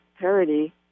parody